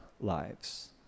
lives